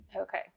Okay